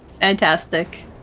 Fantastic